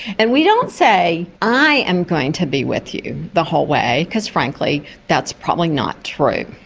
and we don't say i am going to be with you the whole way, because frankly that's probably not true,